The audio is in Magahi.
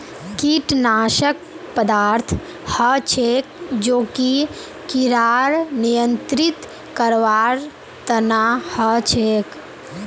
कीटनाशक पदार्थ हछेक जो कि किड़ाक नियंत्रित करवार तना हछेक